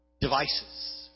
devices